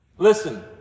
Listen